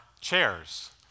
chairs